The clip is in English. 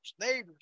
neighbors